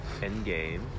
Endgame